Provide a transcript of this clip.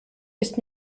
ist